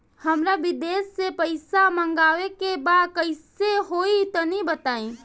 हमरा विदेश से पईसा मंगावे के बा कइसे होई तनि बताई?